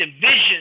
division